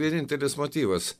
vienintelis motyvas